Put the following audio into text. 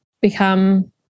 become